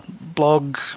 blog